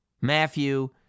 Matthew